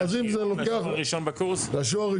זה נכון?